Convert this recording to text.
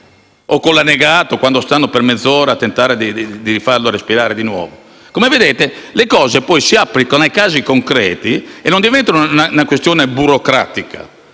per l'annegato, quando i soccorritori per mezz'ora tentano di farlo respirare di nuovo. Come vedete, le cose poi si applicano ai casi concreti e non diventano una questione burocratica.